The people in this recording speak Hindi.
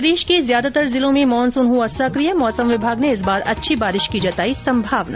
प्रदेश के ज्यादातर जिलों में मानसून हुआ सकिय मौसम विभाग ने इस बार अच्छी बारिश की जताई संभावना